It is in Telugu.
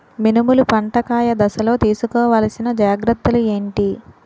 మినుములు పంట కాయ దశలో తిస్కోవాలసిన జాగ్రత్తలు ఏంటి?